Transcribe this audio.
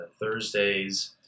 Thursdays